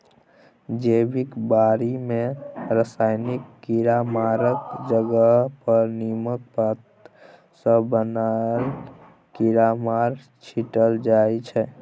जैबिक बारी मे रासायनिक कीरामारक जगह पर नीमक पात सँ बनल कीरामार छीटल जाइ छै